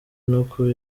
n’uko